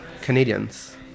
Canadians